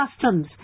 customs